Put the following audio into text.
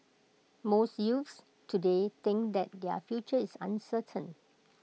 most youths today think that their future is uncertain